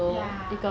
ya